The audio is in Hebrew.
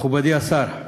מכובדי השר,